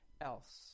else